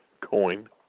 coin